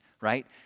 right